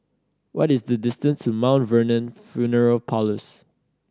what is the distance to Mount Vernon Funeral Parlours